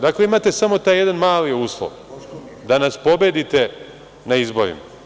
Dakle, imate samo taj jedan mali uslov, da nas pobedite na izborima.